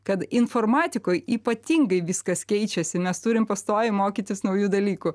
kad informatikoj ypatingai viskas keičiasi mes turim pastoviai mokytis naujų dalykų